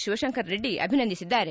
ಶಿವಶಂಕರ ರೆಡ್ಡಿ ಅಭಿನಂದಿಸಿದ್ದಾರೆ